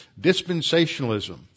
dispensationalism